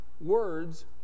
words